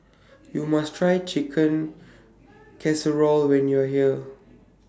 YOU must Try Chicken Casserole when YOU Are here